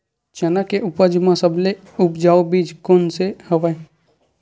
चना के फसल म सबले उपजाऊ बीज कोन स हवय?